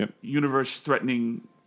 universe-threatening